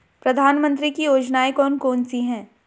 प्रधानमंत्री की योजनाएं कौन कौन सी हैं?